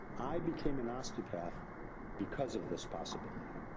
i became an osteopath because of this possibility.